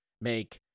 make